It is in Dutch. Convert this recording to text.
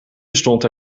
bestond